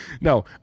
no